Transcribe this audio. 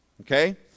okay